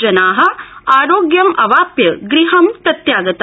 जना आरोग्यम् अवाप्य गृहं प्रत्यागता